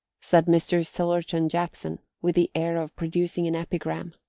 said mr. sillerton jackson, with the air of producing an epigram.